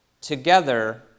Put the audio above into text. together